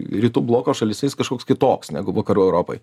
rytų bloko šalyse jis kažkoks kitoks negu vakarų europoj